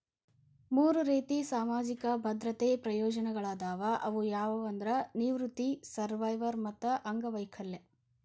ಮೂರ್ ರೇತಿ ಸಾಮಾಜಿಕ ಭದ್ರತೆ ಪ್ರಯೋಜನಗಳಾದವ ಅವು ಯಾವಂದ್ರ ನಿವೃತ್ತಿ ಸರ್ವ್ಯವರ್ ಮತ್ತ ಅಂಗವೈಕಲ್ಯ